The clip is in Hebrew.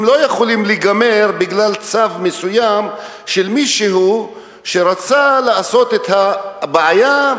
הם לא יכולים להיגמר בגלל צו מסוים של מישהו שרצה לעשות את הבעיה,